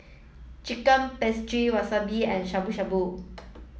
Chicken Wasabi and Shabu Shabu